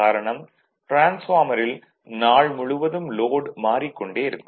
காரணம் டிரான்ஸ்பார்மரில் நாள் முழுவதும் லோட் மாறிக் கொண்டே இருக்கும்